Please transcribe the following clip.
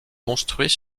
construit